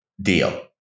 Deal